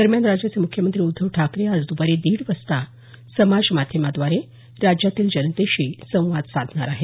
दरम्यान राज्याचे मुख्यमंत्री उद्धव ठाकरे आज दपारी दिड वाजता समाजमाध्यमांद्वारे राज्यातील जनतेशी संवाद साधणार आहेत